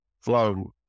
flow